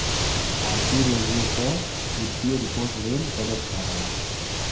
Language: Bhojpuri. भारतीय रेलवे क वित्तीय रिपोर्ट रेल बजट कहलाला